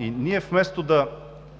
Ние, вместо да